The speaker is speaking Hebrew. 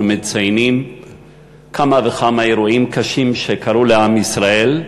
אנחנו מציינים כמה וכמה אירועים קשים שקרו לעם ישראל,